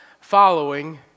following